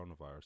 coronavirus